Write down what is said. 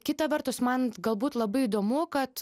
kita vertus man galbūt labai įdomu kad